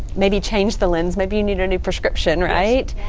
maybe change the lens, maybe you need a new prescription, right?